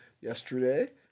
yesterday